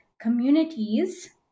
communities